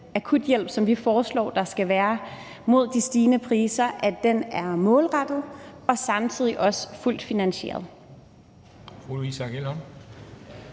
akuthjælp, som vi foreslår der skal være i forbindelse med de stigende priser, målrettet og samtidig også fuldt finansieret.